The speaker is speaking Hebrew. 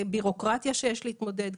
בירוקרטיה שיש להתמודד איתה.